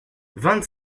vingt